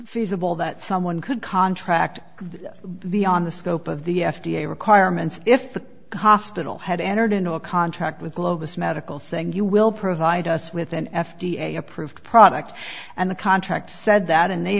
feasible that someone could contract beyond the scope of the f d a requirements if the hospital had entered into a contract with globus medical saying you will provide us with an f d a approved product and the contract said that and they